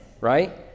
right